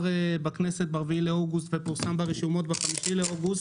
בכנסת ב-4 באוגוסט ופורסם ברשומות ב-5 באוגוסט,